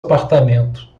apartamento